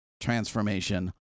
transformation